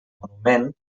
monument